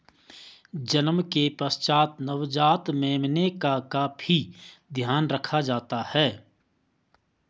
जन्म के पश्चात नवजात मेमने का काफी ध्यान रखा जाता है